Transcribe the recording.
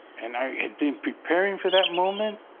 and i had been preparing for that moment,